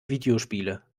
videospiele